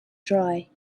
dry